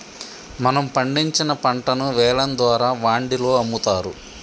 మనం పండించిన పంటను వేలం ద్వారా వాండిలో అమ్ముతారు